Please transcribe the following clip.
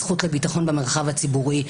הזכות לביטחון במרחב הציבורי.